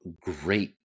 great